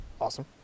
awesome